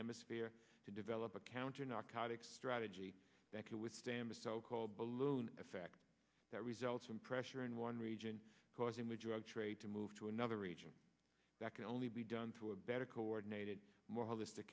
hemisphere to develop a counter narcotics strategy that can withstand the so called balloon effect that results from pressure in one region causing the drug trade to move to another region that can only be done to a better coordinated more holistic